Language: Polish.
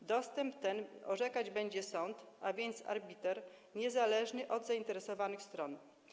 O dostępie tym orzekać będzie sąd, a więc arbiter niezależny od zainteresowanych stron.